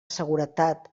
seguretat